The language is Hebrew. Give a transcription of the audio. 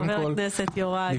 בשמחה, חבר הכנסת יוראי.